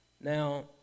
Now